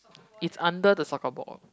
is under the soccer ball